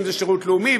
ואם זה שירות לאומי,